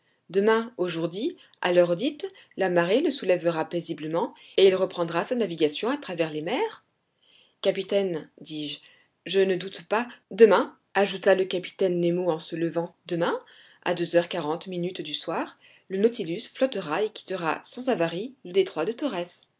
demain au jour dit à l'heure dite la marée le soulèvera paisiblement et il reprendra sa navigation à travers les mers capitaine dis-je je ne doute pas demain ajouta le capitaine nemo en se levant demain à deux heures quarante minutes du soir le nautilus flottera et quittera sans avarie le détroit de torrès